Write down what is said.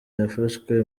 yafashwe